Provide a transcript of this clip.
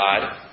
God